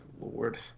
Lord